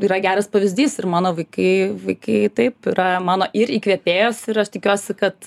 yra geras pavyzdys ir mano vaikai vaikai taip yra mano ir įkvėpėjos ir aš tikiuosi kad